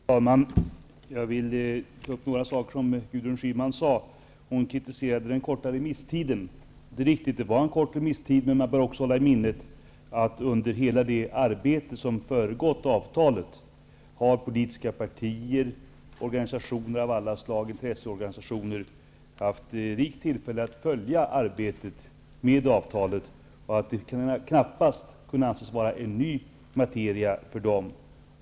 Fru talman! Jag vill ta upp några saker som Gudrun Schyman sade. Gudrun Schyman kritiserade den korta remisstiden. Det är riktigt att det var en kort remisstid, men då bör vi ha i minnet att under hela det arbete som föregått avtalet har politiska partier och intresseorganisationer av alla slag haft rika tillfällen att följa arbetet med avtalet. Det har väl knappast kunnat anses vara en ny materia för dem.